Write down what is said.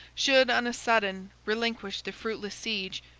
should on a sudden relinquish the fruitless siege,